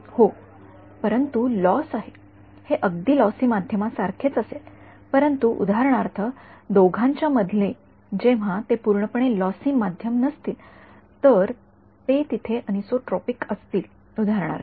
होय परंतु लॉस होय हे अगदी लॉसी माध्यमासारखेच असेल परंतु उदाहरणार्थ दोघांच्या मधले जेव्हा ते पूर्णपणे लॉसी माध्यम नसतील तर ते येथे एनिसोट्रॉपिक असतील उदाहरणार्थ